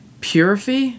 Purify